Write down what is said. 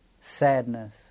sadness